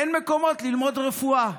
אין מקומות ללמוד רפואה,